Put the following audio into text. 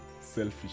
selfish